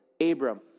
Abram